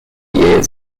years